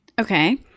Okay